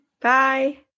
Bye